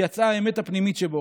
ויצאה האמת הפנימית שבו,